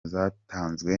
zatanzwe